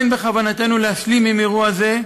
אין בכוונתנו להשלים עם אירוע זה,